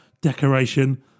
decoration